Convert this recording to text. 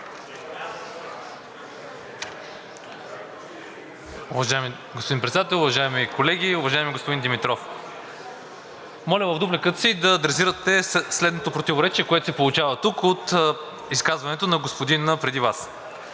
Уважаеми господин Председател, уважаеми колеги! Уважаеми господин Димитров, моля в дупликата си да адресирате следното противоречие, което се получава тук от изказването на господина преди Вас.